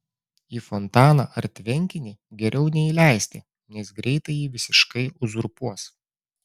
į fontaną ar tvenkinį geriau neįleisti nes greitai jį visiškai uzurpuos